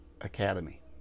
academy